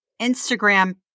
Instagram